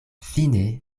fine